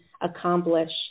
accomplish